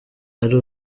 ari